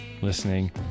listening